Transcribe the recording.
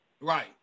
Right